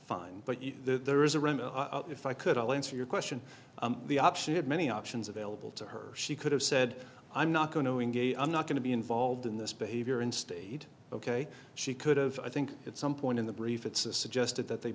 fine but there is a if i could i'll answer your question the op should have many options available to her she could have said i'm not going to engage i'm not going to be involved in this behavior in state ok she could've i think at some point in the brief it's a suggested that they